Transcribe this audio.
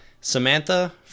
Samantha